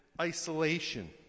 isolation